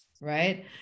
Right